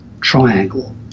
triangle